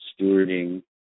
stewarding